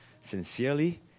Sincerely